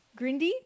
grindy